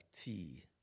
tea